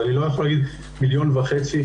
אני לא יכול להגיד מיליון וחצי,